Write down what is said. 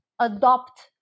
adopt